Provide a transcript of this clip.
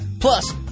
Plus